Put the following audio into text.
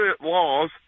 laws